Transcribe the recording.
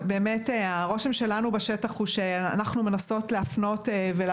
הרושם שלנו בשטח הוא שאנחנו מנסות לעזור